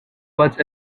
was